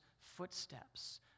footsteps